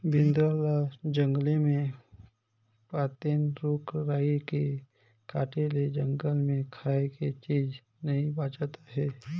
बेंदरा ल जंगले मे पातेन, रूख राई के काटे ले जंगल मे खाए के चीज नइ बाचत आहे